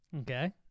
Okay